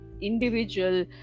individual